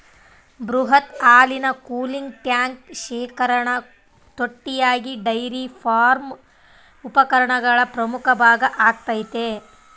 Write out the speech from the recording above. ಬೃಹತ್ ಹಾಲಿನ cooling tank ಶೇಖರಣಾ ತೊಟ್ಟಿಯಾಗಿ ಡೈರಿ ಫಾರ್ಮ್ ಉಪಕರಣಗಳ ಪ್ರಮುಖ ಭಾಗ ಆಗೈತೆ